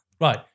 Right